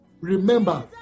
remember